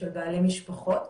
של בעלי משפחות,